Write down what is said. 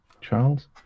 Charles